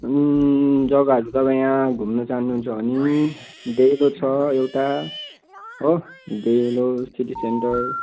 जग्गाहरू त अब यहाँ घुम्नु जानुहुन्छ भने डेलो छ एउटा हो डेलो सिटी सेन्टर